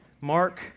Mark